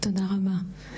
תודה רבה.